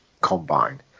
combine